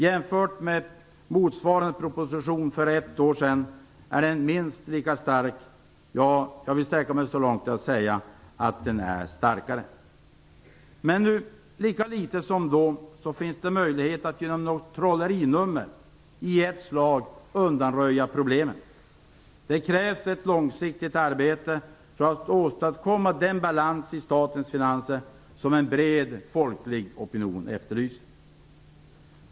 Jämfört med motsvarande proposition för ett år sedan är den minst lika stark - ja, jag vill sträcka mig så långt som till att säga att den är starkare. Men nu är möjligheten lika liten som då att genom något trollerinummer i ett slag undanröja problemen. Det krävs ett långsiktigt arbete för att åstadkomma den balans i statens finanser som en bred folklig opinion efterlyser.